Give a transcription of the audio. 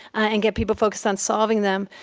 and get people focused on solving them.